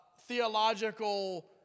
theological